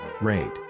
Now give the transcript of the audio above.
rate